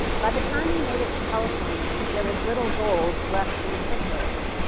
by the time he made it to california, there was little gold left in the foothills.